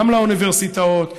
גם לאוניברסיטאות ולתעשיות,